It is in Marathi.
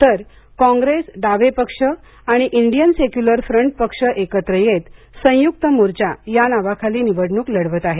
तर कॉप्रेस डावे पक्ष आणि इंडियन सेक्युलर फ्रंट पक्ष एकत्र येत संयुक्त मोर्चा या नावाखाली निवडणूक लढवत आहेत